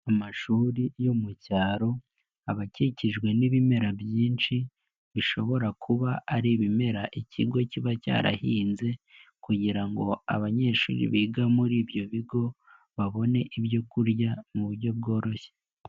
Amashuri yo mu cyaro aba akikijwe n'ibimera byinshi bishobora kuba ari ibimera ikigo kiba cyarahinze kugira ngo abanyeshuri biga muri ibyo bigo, babone ibyo kurya mu buryo bworoshye.